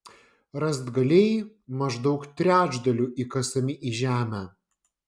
rąstgaliai maždaug trečdaliu įkasami į žemę